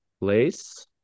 place